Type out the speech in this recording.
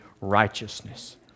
righteousness